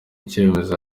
icyemezo